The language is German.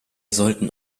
sollten